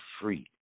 free